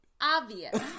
obvious